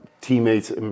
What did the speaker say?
teammates